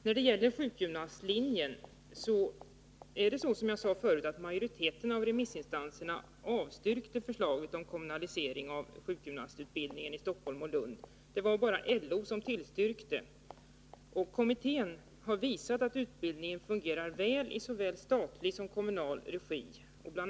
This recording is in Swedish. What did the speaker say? När det gäller sjukgymnastlinjen är det så, som jag sade förut, att majoriteten av remissinstanserna avstyrkte förslaget om kommunalisering av sjukgymnastutbildningen i Stockholm och Lund. Det var bara LO som tillstyrkte förslaget. Kommittén har visat att utbildningen fungerar väl i såväl statlig som kommunal regi. Bl.